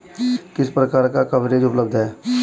किस प्रकार का कवरेज उपलब्ध है?